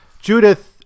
judith